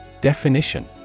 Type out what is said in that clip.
Definition